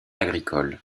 agricole